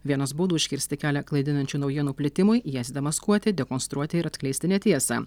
vienas būdų užkirsti kelią klaidinančių naujienų plitimui jas demaskuoti dekonstruoti ir atskleisti netiesą